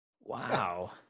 Wow